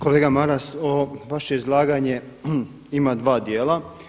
Kolega Maras ovo vaše izlaganje ima dva dijela.